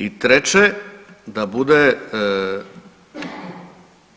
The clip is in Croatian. I treće da bude